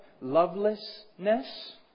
lovelessness